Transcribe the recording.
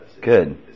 Good